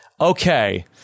Okay